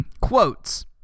Quotes